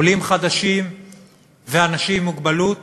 עולים חדשים ואנשים עם מוגבלות,